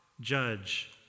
judge